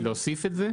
להוסיף את זה?